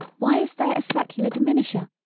why is there a circular diminisher,